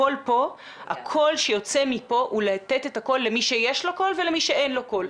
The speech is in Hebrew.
הקול שיוצא מפה הוא לתת את הכל למי שיש לו קול ולמי שאין לו קול.